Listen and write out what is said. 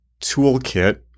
toolkit